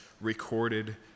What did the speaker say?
recorded